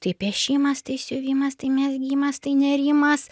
tai piešimas tai siuvimas tai mezgimas tai nėrimas